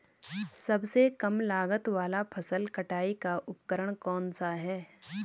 सबसे कम लागत वाला फसल कटाई का उपकरण कौन सा है?